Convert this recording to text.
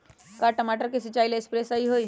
का टमाटर के सिचाई ला सप्रे सही होई?